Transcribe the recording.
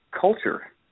culture